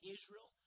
Israel